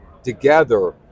Together